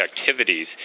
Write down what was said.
activities